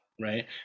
right